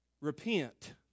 Repent